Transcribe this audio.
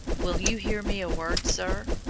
will you hear me a word, sir?